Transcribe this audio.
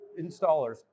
installers